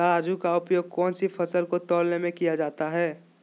तराजू का उपयोग कौन सी फसल को तौलने में किया जाता है?